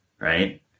right